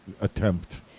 attempt